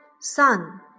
Sun